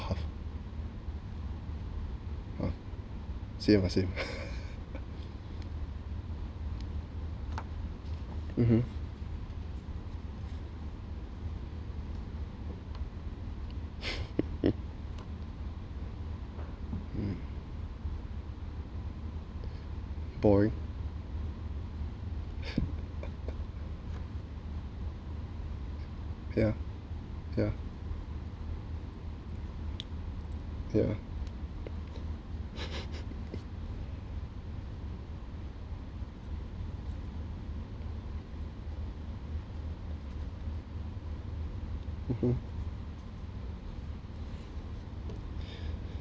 same ah same mmhmm mm boring yeah yeah yeah mmhmm